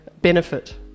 benefit